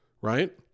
Right